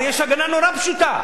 הרי יש הגנה נורא פשוטה